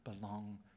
belong